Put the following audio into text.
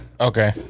Okay